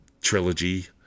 trilogy